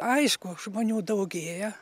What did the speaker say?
aišku žmonių daugėja